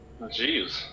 jeez